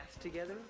together